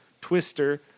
Twister